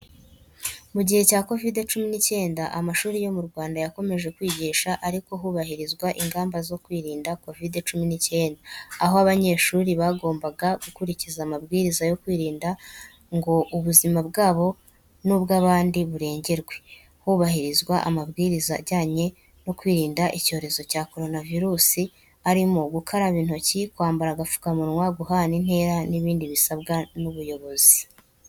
Mu gihe cya kovide cumi n'icyenda amashuri yo mu Rwanda yakomeje kwigisha ariko hubahirizwa ingamba zo kwirinda COVID-19, aho abanyeshuri bagombaga gukurikiza amabwiriza yo kwirinda kugira ngo ubuzima bwabo n’ubw’abandi burengerwe, hubahirizwa amabwiriza ajyanye no kwirinda icyorezo cya koronavirusi arimo gukaraba intoki, kwambara agapfukamunwa, guhana intera, n’ibindi bisabwa n’ubuyobozi.